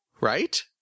right